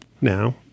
now